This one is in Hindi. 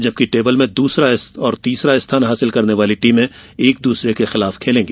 जबकि पाइंट टेबल में दूसरा और तीसरा स्थान हासिल करने वाली टीमें एक दूसरे के खिलाफ खेलेंगी